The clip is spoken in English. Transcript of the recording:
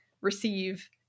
receive